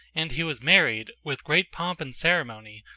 and he was married, with great pomp and ceremony,